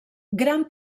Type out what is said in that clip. gran